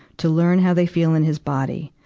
to learn how they feel in his body,